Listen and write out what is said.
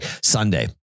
Sunday